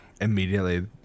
immediately